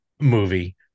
movie